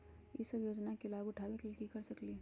हम सब ई योजना के लाभ उठावे के लेल की कर सकलि ह?